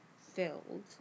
filled